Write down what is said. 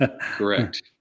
Correct